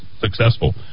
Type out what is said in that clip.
successful